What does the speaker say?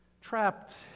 trapped